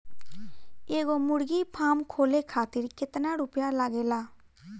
एगो मुर्गी फाम खोले खातिर केतना रुपया लागेला?